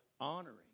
honoring